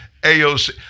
AOC